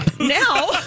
now